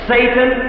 Satan